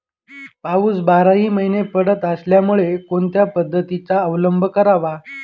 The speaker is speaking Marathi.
पाऊस बाराही महिने पडत असल्यामुळे कोणत्या पद्धतीचा अवलंब करावा?